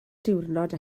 diwrnod